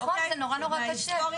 נכון, זה נורא קשה.